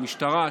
המשטרה,